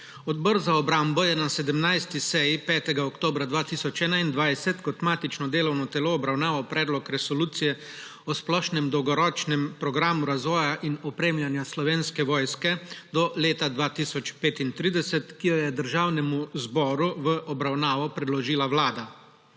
Odbor za obrambo je na 17. seji 5. oktobra 2021 kot matično delovno telo obravnaval Predlog resolucije o splošnem dolgoročnem programu razvoja in opremljanja Slovenske vojske do leta 2035, ki jo je Državnem zboru v obravnavo predložila Vlada.